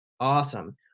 awesome